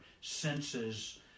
senses